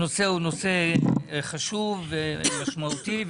הנושא הוא נושא חשוב, משמעותי.